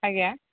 ଆଜ୍ଞା